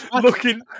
looking